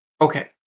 Okay